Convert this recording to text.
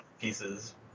pieces